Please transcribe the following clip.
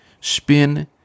Spin